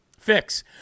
fix